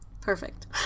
perfect